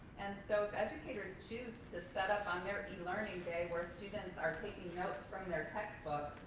and so, if educators choose to set up on their e-learning day where students are taking notes from their textbook,